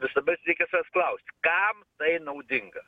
visada reikia savęs klausti kam tai naudinga